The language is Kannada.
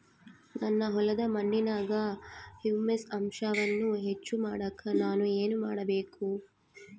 ನನ್ನ ಹೊಲದ ಮಣ್ಣಿನಾಗ ಹ್ಯೂಮಸ್ ಅಂಶವನ್ನ ಹೆಚ್ಚು ಮಾಡಾಕ ನಾನು ಏನು ಮಾಡಬೇಕು?